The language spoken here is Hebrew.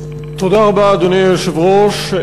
אדוני היושב-ראש,